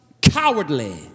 cowardly